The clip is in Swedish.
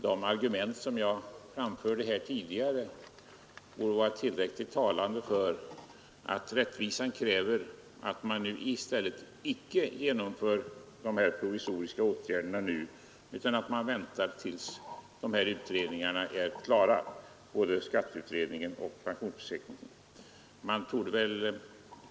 De argument som jag framförde tidigare borde tillräckligt tidigt visa att rättvisan i stället kräver att man icke nu genomför de provisoriska åtgärderna utan väntar tills skatteutredningen och pensionsförsäkringsutredningen är klara.